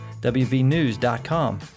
wvnews.com